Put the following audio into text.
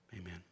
Amen